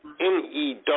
NEW